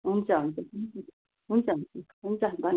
हुन्छ हुन्छ हुन्छ हुन्छ हुन्छ धन्